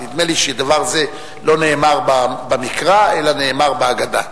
נדמה לי שדבר זה לא נאמר במקרא אלא נאמר באגדה.